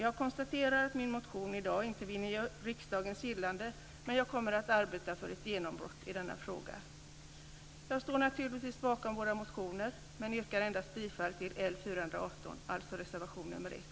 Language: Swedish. Jag konstaterar att min motion i dag inte vinner riksdagens gillande, men jag kommer att arbeta för ett genombrott i denna fråga. Jag står naturligtvis bakom våra motioner men yrkar bifall endast till L418, dvs. reservation nr 1.